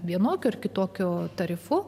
vienokiu ar kitokiu tarifu